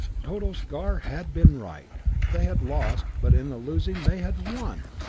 tordos gar had been right! they had lost but in the losing, they had won!